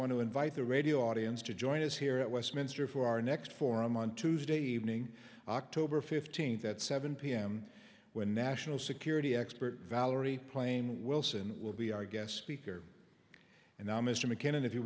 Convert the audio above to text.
want to invite the radio audience to join us here at westminster for our next forum on tuesday evening october fifteenth at seven pm when national security expert valerie plame wilson will be our guest speaker and now mr mckinnon if you